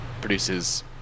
produces